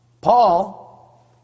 Paul